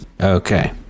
Okay